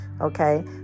Okay